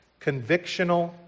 Convictional